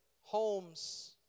homes